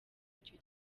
icyo